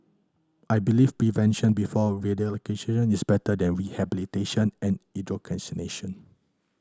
I believe prevention before is better than rehabilitation and indoctrination